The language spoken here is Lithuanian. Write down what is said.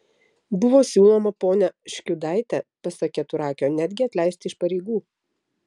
buvo siūloma ponią škiudaitę pasak keturakio netgi atleisti iš pareigų